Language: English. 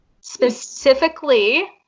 specifically